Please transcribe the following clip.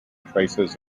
traces